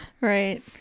right